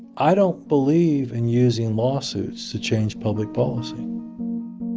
i don't believe in using lawsuits to change public policy